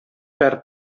perd